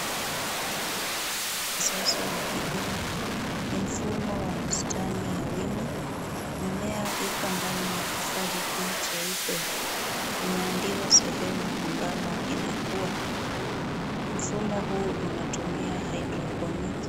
Huu ni mfumo wa kisasa wa kilimo. Ni mfumo wa bustani ya wima. Mimea iko ndani ya kifaa hiki cheupe. Imeundiwa sehemu ambamo inakua. Mfumo huu unatumia hydroponic .